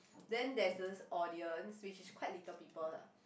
then there's this audience which is quite little people lah